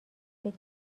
فکر